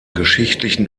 geschichtlichen